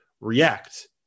react